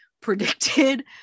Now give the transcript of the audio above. predicted